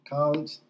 college